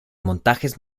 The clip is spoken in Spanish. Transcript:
montajes